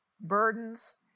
burdens